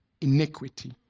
iniquity